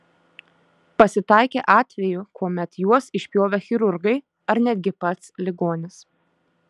pasitaikė atvejų kuomet juos išpjovė chirurgai ar netgi pats ligonis